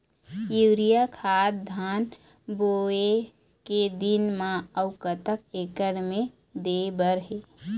Urea खाद धान बोवे के दिन म अऊ कतक एकड़ मे दे बर हे?